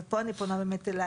ופה אני פונה אלייך,